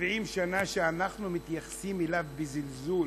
70 שנה שאנחנו מתייחסים אליו בזלזול.